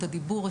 את הדיבור,